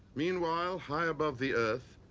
meanwhile, high above the earth,